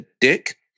dick